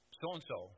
so-and-so